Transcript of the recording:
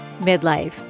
midlife